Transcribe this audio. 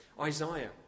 Isaiah